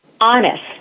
honest